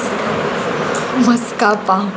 मस्कापा